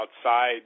outside